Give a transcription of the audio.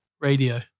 Radio